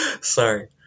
Sorry